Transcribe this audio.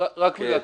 רק הערה קטנה.